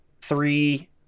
three